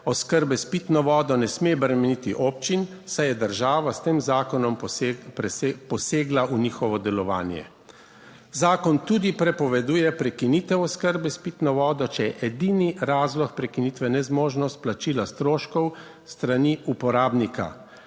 oskrbe s pitno vodo ne sme bremeniti občin, saj je država s tem zakonom posegla v njihovo delovanje. Zakon tudi prepoveduje prekinitev oskrbe s pitno vodo, če je edini razlog prekinitve nezmožnost plačila stroškov s strani uporabnika.